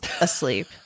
asleep